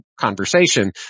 conversation